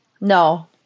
No